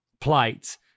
plight